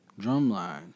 drumline